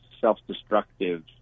self-destructive